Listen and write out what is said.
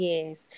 Yes